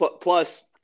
Plus